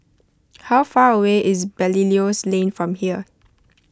how far away is Belilios Lane from here